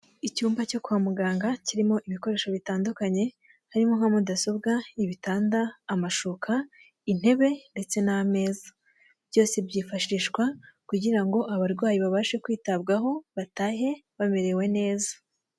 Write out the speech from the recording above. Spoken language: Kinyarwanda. Icyumba cyo kwa muganga kirimo ibikoresho bitandukanye harimo nka mudasobwa, ibitanda, amashuka, intebe ndetse n'ameza. Byose byifashishwa kugira ngo abarwayi babashe kwitabwaho batahe bamerewe neza.